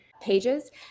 pages